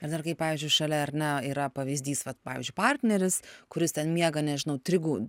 ir dar kai pavyzdžiui šalia ar ne yra pavyzdys vat pavyzdžiui partneris kuris ten miega nežinau trigu